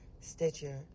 Stitcher